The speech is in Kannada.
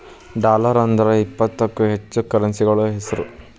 ಡಾಲರ್ ಅಂದ್ರ ಇಪ್ಪತ್ತಕ್ಕೂ ಹೆಚ್ಚ ಕರೆನ್ಸಿಗಳ ಹೆಸ್ರು